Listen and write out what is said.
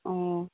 ꯑꯣ